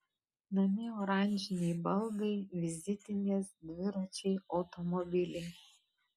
namie oranžiniai baldai vizitinės dviračiai automobiliai